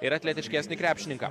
ir atletiškesnį krepšininką